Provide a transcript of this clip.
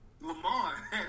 Lamar